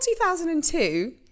2002